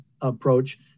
approach